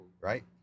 Right